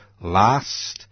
last